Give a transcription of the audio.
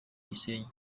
gisenyi